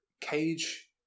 Cage